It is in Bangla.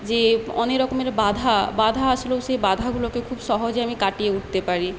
যে অনেক রকমের বাধা বাধা আসলেও সেই বাধাগুলোকে খুব সহজে আমি কাটিয়ে উঠতে পারি